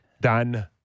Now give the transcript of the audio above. done